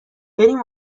بریم